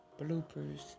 bloopers